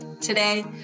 Today